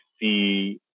see